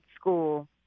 school